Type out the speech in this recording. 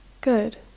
Good